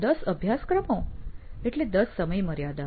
10 અભ્યાસક્રમો એટલે 10 સમયમર્યાદા